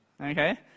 okay